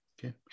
Okay